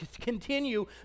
continue